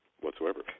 whatsoever